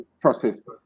process